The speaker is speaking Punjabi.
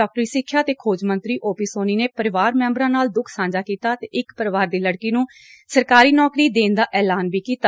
ਡਾਕਟਰੀ ਸਿੱਖਿਆ ਤੇ ਖੋਜ ਮੰਤਰੀ ਓ ਪੀ ਸੋਨੀ ਨੇ ਪਰਿਵਾਰ ਸੈਂਬਰਾਂ ਨਾਲ ਦੁਖ ਸਾਂਝਾ ਕੀਤਾ ਅਤੇ ਇੱਕ ਪਰਿਵਾਰ ਦੀ ਲੜਕੀ ਨੰ ਸਰਕਾਰੀ ਨੌਕਰੀ ਦੇ ਦਾ ਐਲਾਨ ਵੀ ਕੀਤਾ